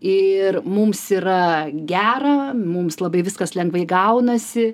ir mums yra gera mums labai viskas lengvai gaunasi